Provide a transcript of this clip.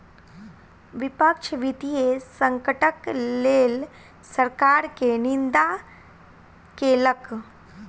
विपक्ष वित्तीय संकटक लेल सरकार के निंदा केलक